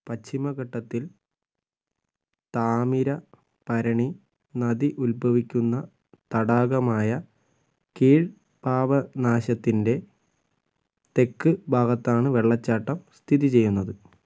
പശ്ചിമഘട്ടത്തില് Thamirabarani നദി ഉൽഭവിക്കുന്ന തടാകമായ കീഴ് പാപനാശത്തിന്റെ തെക്ക് ഭാഗത്താണ് വെള്ളച്ചാട്ടം സ്ഥിതി ചെയ്യുന്നത്